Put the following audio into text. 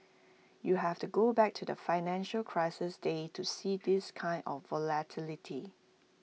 you have to go back to the financial crisis days to see this kind of volatility